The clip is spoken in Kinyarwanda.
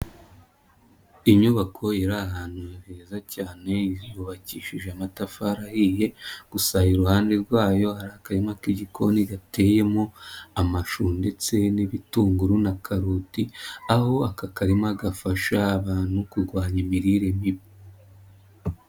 Inyubako iri ahantu heza cyane yubakishije amatafari ahiye, gusa iruhande rwayo hari a ma k'igikoni gateyemo amashu ndetse n'ibitunguru na karoti, aho aka karima gafasha abantu kurwanya imirire mibi.